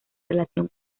relación